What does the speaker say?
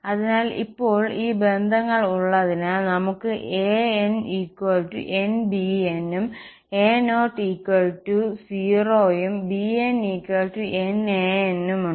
അതിനാൽ ഇപ്പോൾ ഈ ബന്ധങ്ങൾ ഉള്ളതിനാൽ നമുക്ക് a'n n bn ഉം a'0 0 ഉം b'n n an ഉം ഉണ്ട്